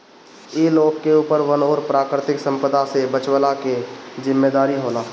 इ लोग के ऊपर वन और प्राकृतिक संपदा से बचवला के जिम्मेदारी होला